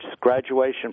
graduation